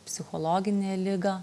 psichologinė ligą